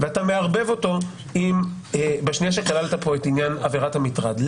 ואתה מערבב אותו בשנייה שכללת פה את עניין עבירת המטרד.